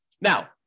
now